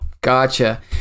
Gotcha